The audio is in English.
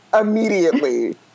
immediately